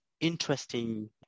interesting